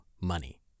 money